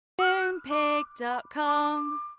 Moonpig.com